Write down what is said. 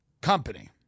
company